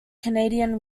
canadian